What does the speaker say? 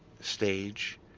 stage